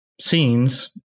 scenes